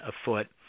afoot